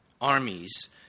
armies